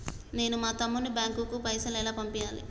నేను మా తమ్ముని బ్యాంకుకు పైసలు ఎలా పంపియ్యాలి?